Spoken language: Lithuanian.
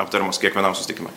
aptariamos kiekvienam susitikime